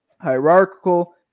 hierarchical